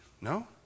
no